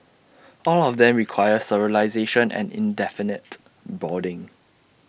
all of them require sterilisation and indefinite boarding